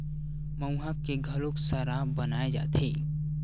मउहा के घलोक सराब बनाए जाथे